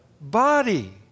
body